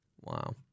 Wow